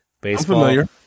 baseball